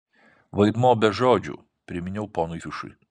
vaidmuo be žodžių priminiau poniui fišui